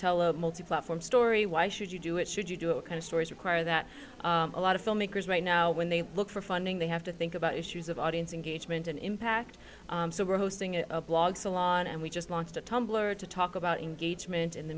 tell a multi platform story why should you do it should you do it kind of stories require that a lot of filmmakers right now when they look for funding they have to think about issues of audience engagement and impact so we're hosting a blog salon and we just launched a tumbler to talk about engagement in the